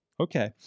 Okay